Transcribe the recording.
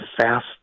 fast